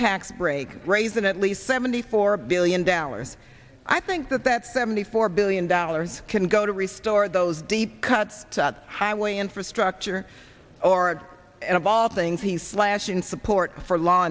tax break raise in at least seventy four billion dollars i think that that seventy four billion dollars can go to restore those deep cuts highway infrastructure or and of all things he's slashing support for law